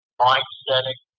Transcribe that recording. mindsetting